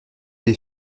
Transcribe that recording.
des